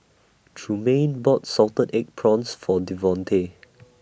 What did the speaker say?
Trumaine bought Salted Egg Prawns For Devontae